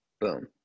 Boom